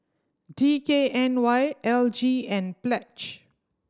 D K N Y L G and Pledge